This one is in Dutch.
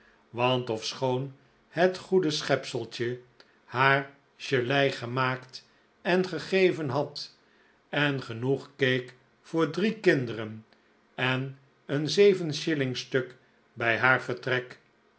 want ofschoon het goede schepseltje haar gelei gemaakt en gegeven had en genoeg cake voor drie kinderen en een zeven shilling stuk bij haar vertrek